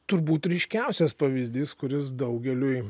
turbūt ryškiausias pavyzdys kuris daugeliui